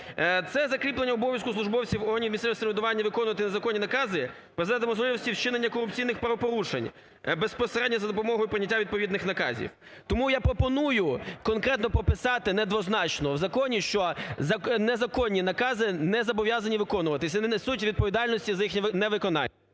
Це закріплено в обов'язку службовців органів місцевого самоврядування виконувати незаконні накази призведе до можливості вчинення корупційних правопорушень безпосередньо за допомогою прийняття відповідних наказів. Тому я пропоную конкретно прописати, недвозначно у законі, що незаконні накази не зобов'язані виконувати і не несуть відповідальності за їх невиконання.